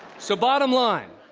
so bottom line,